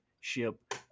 ship